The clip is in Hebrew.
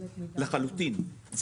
לחלוטין.